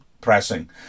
pressing